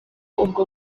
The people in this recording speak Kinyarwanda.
ubwo